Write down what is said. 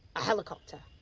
a helicopter?